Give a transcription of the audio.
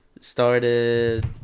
started